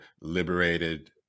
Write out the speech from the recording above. liberated